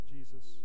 Jesus